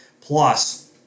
Plus